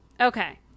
Okay